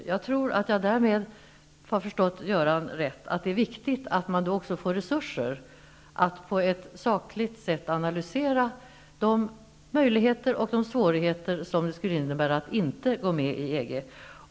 Om jag har förstått Göran Lennmarker rätt menar han att det är viktigt att nej-sidan då också får resurser för att på ett sakligt sätt analysera de möjligheter och de svårigheter det skulle innebära att inte gå med i EG.